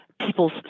people's